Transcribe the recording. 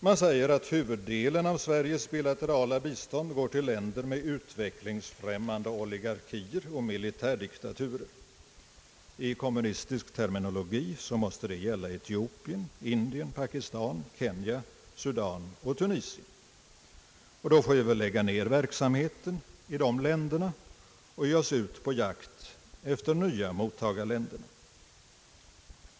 Man säger att huvuddelen av Sveriges bilaterala bistånd går till länder med utvecklingsfrämmande oligarkier och militärdiktaturer. I kommunistisk terminologi måste det gälla Etiopien, Indien, Pakistan, Kenya, Sudan och Tunisien. Då får vi väl lägga ned verksamheten i dessa länder och ge oss ut på jakt efter nya mottagarländer.